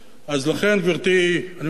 למי שכל כך יש לו?